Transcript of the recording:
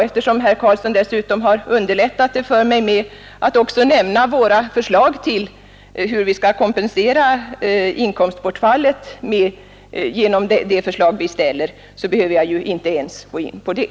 Eftersom herr Karlsson har underlättat uppgiften för mig genom att också nämna vårt förslag om hur inkomstbortfallet skall kompenseras, behöver jag inte gå in på det.